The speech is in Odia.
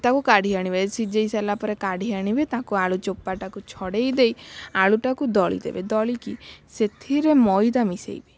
ତାକୁ କାଢ଼ି ଆଣିବେ ସିଜାଇ ସାରିଲା ପରେ କାଢ଼ି ଆଣିବେ ତାକୁ ଆଳୁ ଚୋପାଟାକୁ ଛଡ଼ାଇ ଦେଇ ଆଳୁଟାକୁ ଦଳି ଦେବେ ଦଳିକି ସେଥିରେ ମଇଦା ମିଶାଇବେ